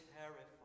terrified